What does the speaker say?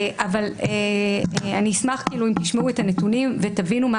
אני אשמח אם תשמעו את הנתונים ותבינו מה